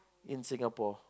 in Singapore